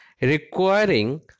requiring